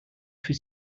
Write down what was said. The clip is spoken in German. für